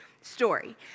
story